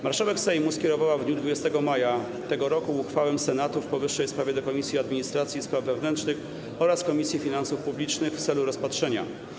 Marszałek Sejmu skierowała w dniu 20 maja tego roku uchwałę Senatu w powyższej sprawie do Komisji Administracji i Spraw Wewnętrznych oraz Komisji Finansów Publicznych w celu rozpatrzenia.